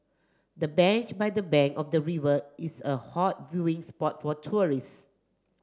the bench by the bank of the river is a hot viewing spot for tourists